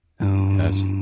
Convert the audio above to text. Yes